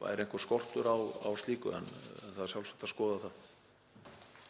væri einhver skortur á slíku. En það er sjálfsagt að skoða það.